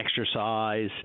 exercise